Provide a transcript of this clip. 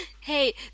Hey